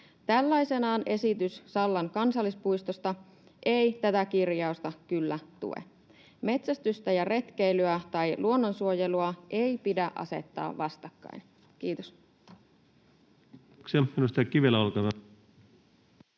Tällaisenaan esitys Sallan kansallispuistosta ei tätä kirjausta kyllä tue. Metsästystä ja retkeilyä tai luonnonsuojelua ei pidä asettaa vastakkain. — Kiitos.